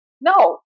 No